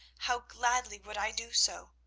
how gladly would i do so.